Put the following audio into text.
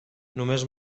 només